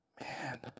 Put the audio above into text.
man